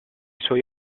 suoi